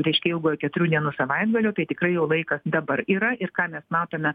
reiškia ilgo keturių dienų savaitgalio tai tikrai jau laikas dabar yra ir ką mes matome